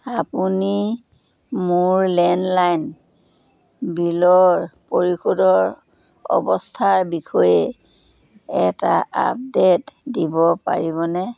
আপুনি মোৰ লেণ্ডলাইন বিলৰ পৰিশোধৰ অৱস্থাৰ বিষয়ে এটা আপডেট দিব পাৰিবনে